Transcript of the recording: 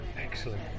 excellent